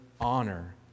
honor